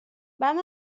vam